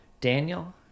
Daniel